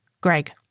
Greg